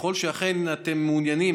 ככל שאכן אתם מעוניינים,